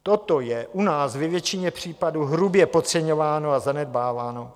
Toto je u nás ve většině případů hrubě podceňováno a zanedbáváno.